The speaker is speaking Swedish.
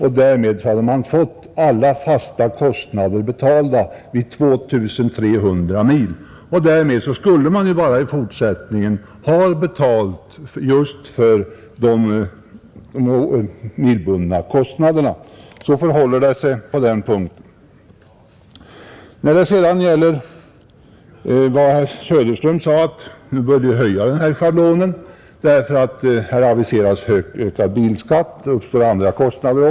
En bilägare har fått alla fasta kostnader täckta vid 2300 mil och därmed skall han därefter endast ha betalt just för de milbundna kostnaderna, Så förhåller det sig på den punkten! Herr Söderström sade att vi bör höja detta schablonbelopp därför att det har aviserats ökad bilskatt och även högre andra kostnader.